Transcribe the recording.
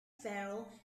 farrell